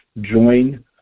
join